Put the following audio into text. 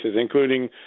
including